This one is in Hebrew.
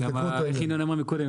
איך ינון אמר קודם?